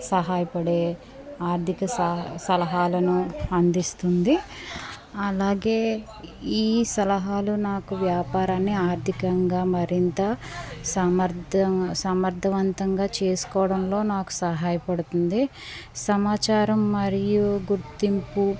సహాయ పడే ఆర్థిక సలహాలను అందిస్తుంది అలాగే ఈ సలహాలు నాకు వ్యాపారాన్ని ఆర్థికంగా మరింత సామర్థ సామర్థవంతంగా చేసుకోవడంలో నాకు సహాయపడుతుంది సమాచారం మరియు గుర్తింపు